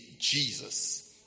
Jesus